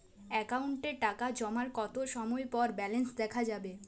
অ্যাকাউন্টে টাকা জমার কতো সময় পর ব্যালেন্স দেখা যাবে?